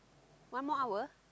one more hour